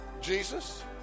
Jesus